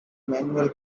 manuel